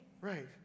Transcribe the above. Right